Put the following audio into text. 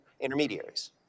intermediaries